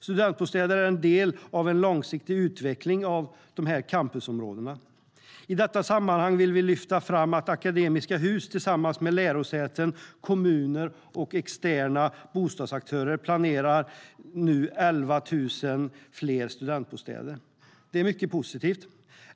Studentbostäder är en del av en långsiktig utveckling av campusområdena. I detta sammanhang vill vi lyfta fram att Akademiska Hus tillsammans med lärosäten, kommuner och externa bostadsaktörer planerar 11 000 ytterligare studentbostäder. Det är mycket positivt.